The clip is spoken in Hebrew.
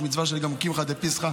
יש גם מצווה של קמחא דפסחא,